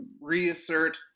reassert